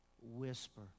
whisper